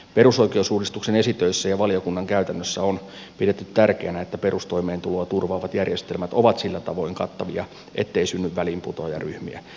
perusoikeusuudistuksen esitöissä ja valiokunnan käytännössä on pidetty tärkeänä että perustoimeentuloa turvaavat järjestelmät ovat sillä tavoin kattavia ettei synny väliinputoajaryhmiä